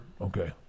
Okay